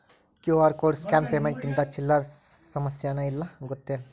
QR code scan payment ಇಂದ ಚಿಲ್ಲರ್ ಸಮಸ್ಯಾನ ಇಲ್ಲ ಗೊತ್ತೇನ್?